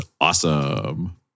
awesome